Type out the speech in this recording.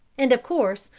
and of course,